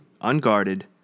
Unguarded